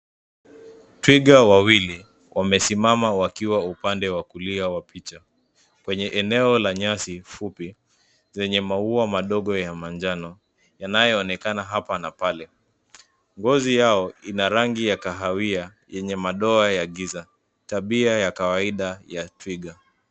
Twiga wawili, wamesimama wakiwa upande wa kulia wa picha, kwenye eneo la nyasi fupi, zenye maua madogo ya manjano, yanayoonekana hapa na pale. Ngozi yao ina rangi ya kahawia, yenye madoa ya giza, tabia ya kawaida ya twiga.